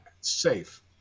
safe